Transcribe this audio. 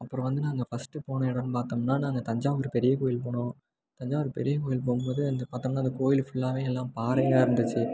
அப்புறம் வந்து நாங்கள் ஃபஸ்ட்டு போன இடம்னு பார்த்தோம்னா நாங்கள் தஞ்சாவூர் பெரிய கோயில் போனோம் தஞ்சாவூர் பெரிய கோயில் போகும்போது அந்த பார்த்தம்னா அந்த கோயில் ஃபுல்லாகவே எல்லாம் பாறையாக இருந்துச்சு